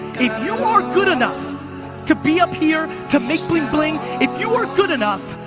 if you are good enough to be up here, to make bling bling, if you are good enough,